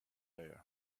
léir